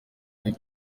ari